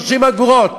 30 אגורות,